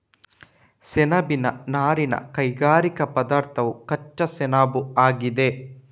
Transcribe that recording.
ಸೆಣಬಿನ ನಾರಿನ ಕೈಗಾರಿಕಾ ಪದಾರ್ಥವು ಕಚ್ಚಾ ಸೆಣಬುಆಗಿದೆ